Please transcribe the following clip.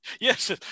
Yes